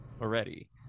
already